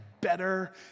better